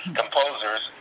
composers